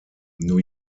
new